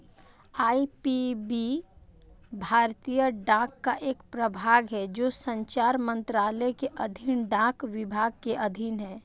IPPB भारतीय डाक का एक प्रभाग है जो संचार मंत्रालय के अधीन डाक विभाग के अधीन है